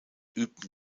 übten